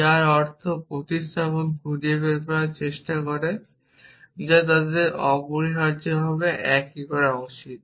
যার অর্থ প্রতিস্থাপন খুঁজে বের করার চেষ্টা করে যা তাদের অপরিহার্যভাবে একই করা উচিত